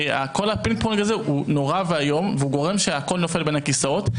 כל הפינג פונג הזה הוא נורא ואיום והוא גורם שהכול נופל בין הכסאות.